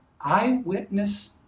eyewitness